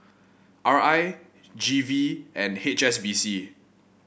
R I G V and H S B C